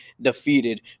defeated